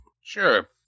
Sure